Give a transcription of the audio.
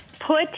put